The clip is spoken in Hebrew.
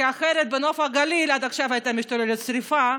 כי אחרת בנוף הגליל עד עכשיו הייתה משתוללת שרפה,